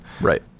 Right